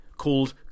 called